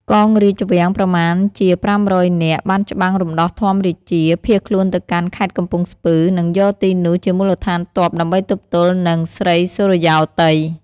កងរាជវាំងប្រមាណជា ៥០០នាក់ បានច្បាំងរំដោះធម្មរាជា ភៀសខ្លួនទៅកាន់ ខេត្តកំពង់ស្ពឺ និងយកទីនោះជាមូលដ្ឋានទ័ពដើម្បីទប់ទល់និង ស្រីសុរិយោទ័យ ។